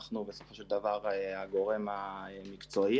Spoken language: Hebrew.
בניגוד למנהג שאנחנו בדרך כלל מקבלים תשובות מהמשרדים הממשלתיים בסוף,